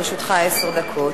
לרשותך עשר דקות.